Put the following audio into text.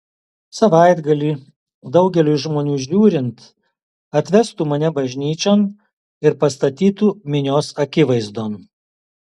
savaitgalį daugeliui žmonių žiūrint atvestų mane bažnyčion ir pastatytų minios akivaizdon